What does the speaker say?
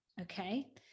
Okay